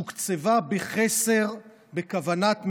תוקצבה בחסר בכוונת מכוון,